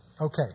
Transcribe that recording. Okay